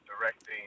directing